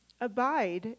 abide